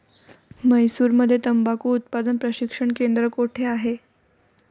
म्हैसूरमध्ये तंबाखू उत्पादन प्रशिक्षण केंद्र कोठे आहे?